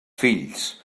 fills